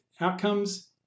outcomes